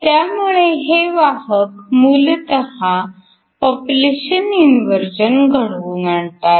त्यामुळे हे वाहक मूलतः पॉप्युलेशन इन्व्हर्जन घडवून आणतात